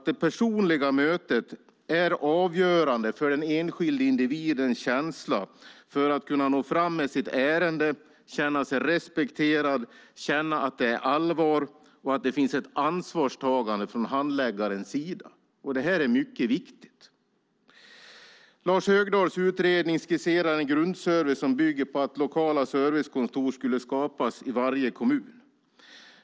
Det personliga mötet är ändå avgörande för den enskilda individens känsla för att kunna nå fram med sitt ärende, känna sig respekterad samt känna att det är allvar och att det finns ett ansvarstagande från handläggarens sida. Det här är mycket viktigt. I Lars Högdahls utredning skisseras en grundservice som bygger på att lokala servicekontor skapas i varje kommun.